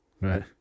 Right